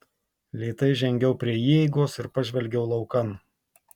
lėtai žengiau prie įeigos ir pažvelgiau laukan